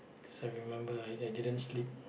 cause I remember I i didn't sleep